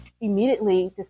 immediately